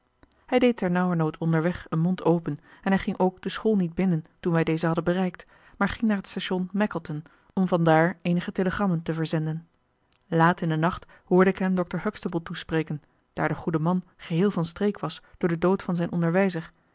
hij deed ternauwernood onderweg een mond open en hij ging ook de school niet binnen toen wij deze hadden bereikt maar ging naar het station mackleton om van daar eenige telegrammen te verzenden laat in den nacht hoorde ik hem dr huxtable toespreken daar de goede man geheel van streek was door den dood van zijn onderwijzer